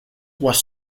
was